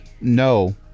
No